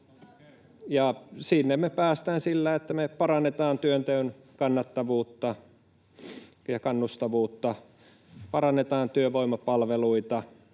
sinne me päästään sillä, että me parannamme työnteon kannattavuutta ja kannustavuutta, parannetaan työvoimapalveluita